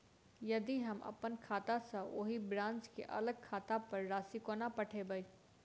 यदि हम अप्पन खाता सँ ओही ब्रांच केँ अलग खाता पर राशि कोना पठेबै?